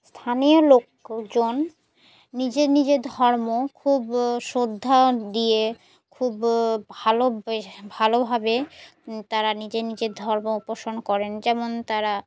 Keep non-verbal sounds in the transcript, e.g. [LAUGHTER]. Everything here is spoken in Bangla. স্থানীয় লোকজন নিজের নিজের ধর্ম খুব শ্রদ্ধা দিয়ে খুব ভালো [UNINTELLIGIBLE] ভালোভাবে তারা নিজের নিজের ধর্ম অনুসরণ করেন যেমন তারা